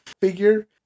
figure